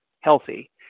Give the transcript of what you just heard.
healthy